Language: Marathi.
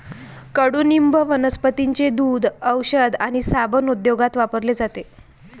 कडुनिंब वनस्पतींचे दूध, औषध आणि साबण उद्योगात वापरले जाते